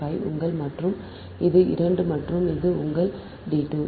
5 உங்கள் மற்றும் இது 2 மற்றும் இது உங்கள் d 2